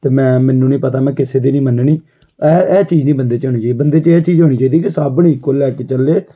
ਅਤੇ ਮੈਂ ਮੈਨੂੰ ਨਹੀਂ ਪਤਾ ਮੈਂ ਕਿਸੇ ਦੀ ਨਹੀਂ ਮੰਨਣੀ ਇਹ ਇਹ ਚੀਜ਼ ਨਹੀਂ ਬੰਦੇ 'ਚ ਹੋਣੀ ਚਾਹੀਦੀ ਬੰਦੇ 'ਚ ਇਹ ਚੀਜ਼ ਹੋਣੀ ਚਾਹੀਦੀ ਕਿ ਸਭ ਨੂੰ ਇਕੁਅਲ ਲੈ ਕੇ ਚੱਲੇ